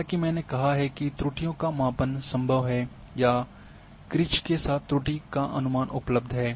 जैसा कि मैंने कहा है कि त्रुटियों का मापन संभव है या क्रीज के साथ त्रुटि का अनुमान उपलब्ध है